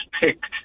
picked